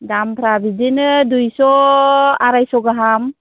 दामफ्रा बिदिनो दुयस'आरायस' गाहाम